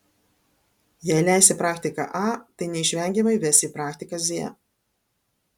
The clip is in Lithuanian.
jei leisi praktiką a tai neišvengiamai ves į praktiką z